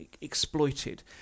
exploited